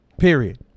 Period